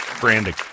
branding